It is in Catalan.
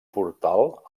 portal